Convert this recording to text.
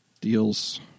deals